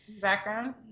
background